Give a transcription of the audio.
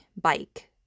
bike